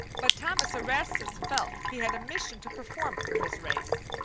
but thomas erastus felt he had a mission to perform for his race.